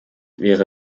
wäre